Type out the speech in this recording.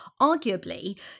arguably